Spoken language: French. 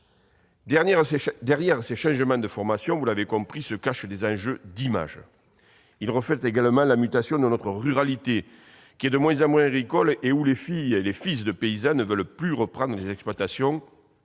Derrière ces changements de formation-vous l'aurez compris-, se cachent des enjeux d'image. Ils reflètent également la mutation de notre ruralité, qui est de moins en moins agricole : les filles et les fils de paysans, ne voulant plus reprendre les exploitations,